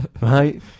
Right